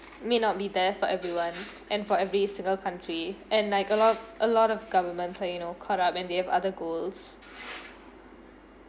may not be there for everyone and for every single country and like a lot of a lot of government ah you know caught up and they have other goals